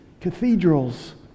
cathedrals